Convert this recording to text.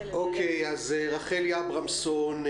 רחלי אברמזון,